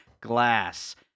Glass